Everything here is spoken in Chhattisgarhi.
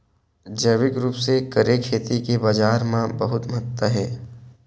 जैविक रूप से करे खेती के बाजार मा बहुत महत्ता हे